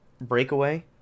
breakaway